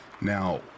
Now